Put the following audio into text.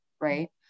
right